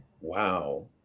Wow